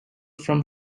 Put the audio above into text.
from